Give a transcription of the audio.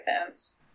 events